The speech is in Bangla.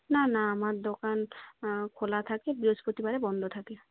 না না আমার দোকান খোলা থাকে বৃহস্পতিবারে বন্ধ থাকে